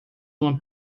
uma